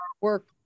work